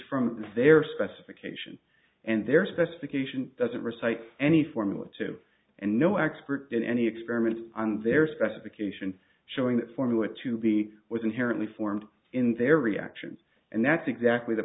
from their specification and their specification doesn't recites any formula two and no expert in any experiments on their specification showing that formula to be was inherently formed in their reactions and that's exactly the